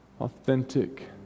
authentic